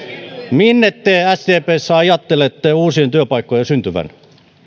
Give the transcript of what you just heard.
minne te sdpssä ajattelette uusien työpaikkojen syntyvän